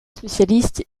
spécialistes